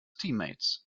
teammates